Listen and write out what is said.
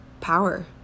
power